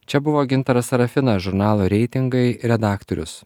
čia buvo gintaras serafinas žurnalo reitingai redaktorius